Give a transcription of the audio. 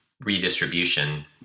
redistribution